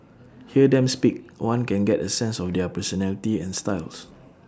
hear them speak one can get A sense of their personality and styles